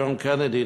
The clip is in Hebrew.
ג'ון קנדי,